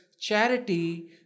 charity